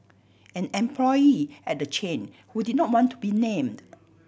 an employee at the chain who did not want to be named